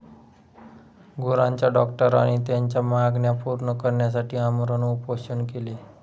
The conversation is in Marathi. गुरांच्या डॉक्टरांनी त्यांच्या मागण्या पूर्ण करण्यासाठी आमरण उपोषण केले